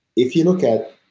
if you look at,